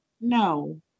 no